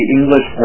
English